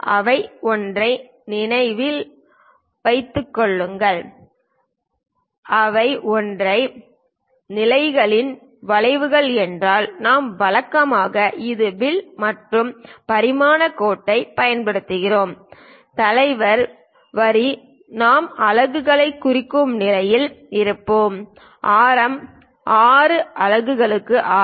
அவை ஒற்றை நிலைகளில் வளைவுகள் என்றால் நாம் வழக்கமாக இது வில் மற்றும் பரிமாணக் கோட்டைப் பயன்படுத்துகிறோம் தலைவர் வரி நாம் அலகுகளைக் குறிக்கும் நிலையில் இருப்போம் ஆரம் 6 அலகுகளுக்கு ஆர்